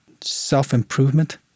self-improvement